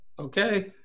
okay